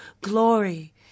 glory